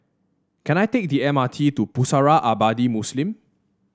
can I take the M R T to Pusara Abadi Muslim